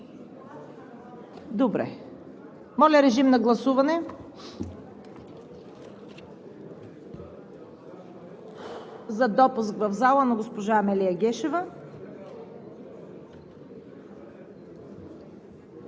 допуск. Моля, режим на гласуване за допуск в залата на госпожа Амелия Гешева.